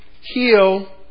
heal